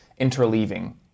interleaving